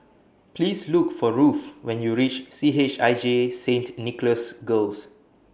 Please Look For Ruthe when YOU REACH C H I J Saint Nicholas Girls